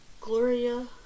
Gloria